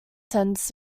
tends